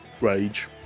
rage